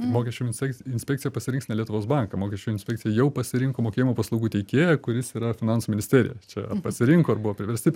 mokesčių inspek inspekcija pasirinks ne lietuvos banką mokesčių inspekcija jau pasirinko mokėjimo paslaugų teikėją kuris yra finansų ministerija čia pasirinko ar buvo priversti